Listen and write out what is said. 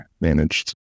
managed